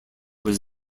was